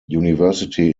university